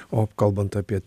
o kalbant apie